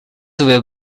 will